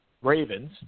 Ravens